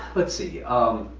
let's see. um,